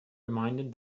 reminded